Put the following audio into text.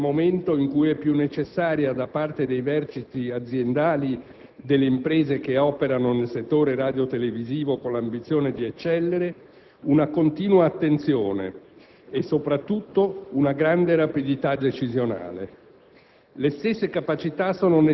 La limitano proprio nel momento in cui è più necessaria da parte dei vertici aziendali delle imprese che operano nel settore radiotelevisivo con l'ambizione di eccellere una continua attenzione e soprattutto un grande rapidità decisionale.